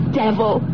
devil